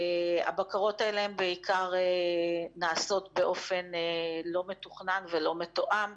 הבקרות האלה בעיקר נעשות באופן לא מתוכנן ולא מתואם.